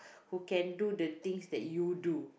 who can do the things that you do